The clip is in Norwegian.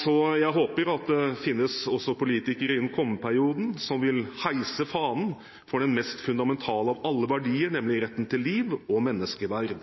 Så jeg håper at det finnes politikere også i den kommende perioden som vil heise fanen for den mest fundamentale av alle verdier, nemlig retten til liv og menneskeverd.